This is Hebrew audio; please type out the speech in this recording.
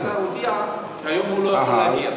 והשר הודיע שהיום הוא לא יכול להגיע.